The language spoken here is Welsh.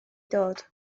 dod